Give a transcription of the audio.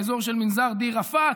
באזור של מנזר דיר ראפאת.